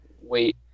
wait